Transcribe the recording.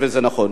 וזה נכון.